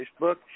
Facebook